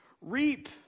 Reap